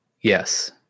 Yes